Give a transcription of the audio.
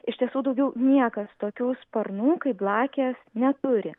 iš tiesų daugiau niekas tokių sparnų kaip blakės neturi